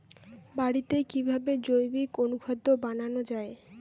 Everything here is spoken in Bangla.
বাড়িতে কিভাবে জৈবিক অনুখাদ্য বানানো যায়?